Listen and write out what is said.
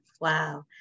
wow